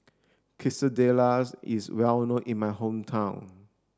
quesadillas is well known in my hometown